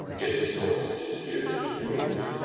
its source is gibbs's rules.